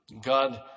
God